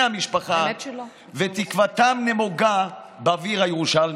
המשפחה ותקוותם נמוגה באוויר הירושלמי.